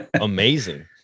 amazing